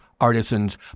artisans